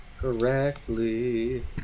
Correctly